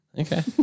Okay